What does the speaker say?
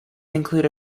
include